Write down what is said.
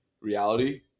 reality